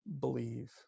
believe